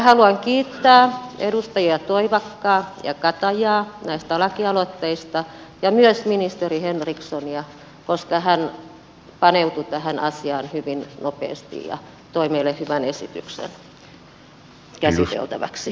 haluan kiittää edustajia toivakka ja kataja näistä lakialoitteista ja myös ministeri henrikssonia koska hän paneutui tähän asiaan hyvin nopeasti ja toi meille hyvän esityksen käsiteltäväksi